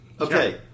okay